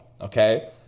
okay